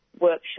Workshop